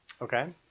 Okay